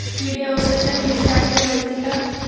किडे अवसच्या दिवशी आंडे घालते का?